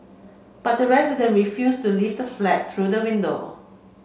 but the resident refused to leave the flat through the window